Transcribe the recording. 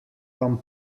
vam